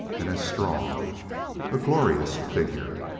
and as strong a glorious figure.